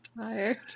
tired